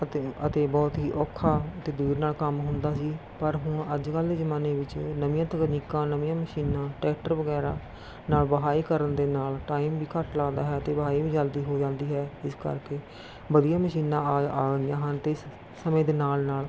ਅਤੇ ਅਤੇ ਬਹੁਤ ਹੀ ਔਖਾ ਅਤੇ ਦੇਰ ਨਾਲ ਕੰਮ ਹੁੰਦਾ ਸੀ ਪਰ ਹੁਣ ਅੱਜਕੱਲ੍ਹ ਦੇ ਜ਼ਮਾਨੇ ਵਿੱਚ ਨਵੀਆਂ ਤਕਨੀਕਾਂ ਨਵੀਆਂ ਮਸ਼ੀਨਾਂ ਟਰੈਕਟਰ ਵਗੈਰਾ ਨਾਲ ਵਹਾਈ ਕਰਨ ਦੇ ਨਾਲ ਟਾਈਮ ਵੀ ਘੱਟ ਲੱਗਦਾ ਹੈ ਅਤੇ ਵਹਾਈ ਵੀ ਜਲਦੀ ਹੋ ਜਾਂਦੀ ਹੈ ਇਸ ਕਰਕੇ ਵਧੀਆ ਮਸ਼ੀਨਾਂ ਆ ਆ ਗਈਆਂ ਹਨ ਅਤੇ ਸ ਸਮੇਂ ਦੇ ਨਾਲ ਨਾਲ